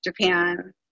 Japan